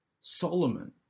Solomon